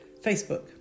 Facebook